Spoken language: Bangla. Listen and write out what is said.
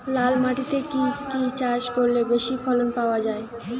লাল মাটিতে কি কি চাষ করলে বেশি ফলন পাওয়া যায়?